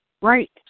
Right